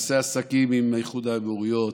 נעשה עסקים עם איחוד האמירויות,